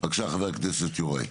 בבקשה, חבר הכנסת יוראי.